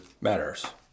matters